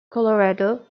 colorado